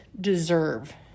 deserve